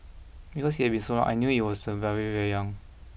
because it had been so long and I knew it when I was very very young